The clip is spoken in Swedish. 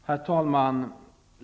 Herr talman!